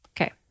okay